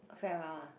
farewell ah